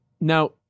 Now